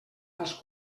als